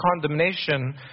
condemnation